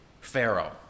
Pharaoh